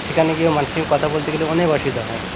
সেখানে গিয়েও মানুষের সঙ্গে কথা বলতে গেলে অনেক অসুবিধা হয়